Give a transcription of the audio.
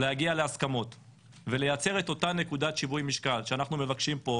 להגיע להסכמות ולייצר את אותה נקודת שיווי משקל שאנחנו מבקשים פה,